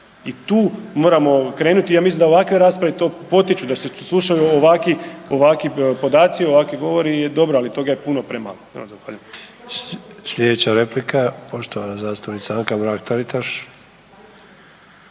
i tu moramo krenuti i ja mislim da ovakve rasprave to potiču da se slušaju ovakvi podaci i ovakvi govori. Dobro, ali toga je puno premalo. Zahvaljujem. **Sanader, Ante (HDZ)** Sljedeća replika poštovana zastupnica Anka Mrak TAritaš.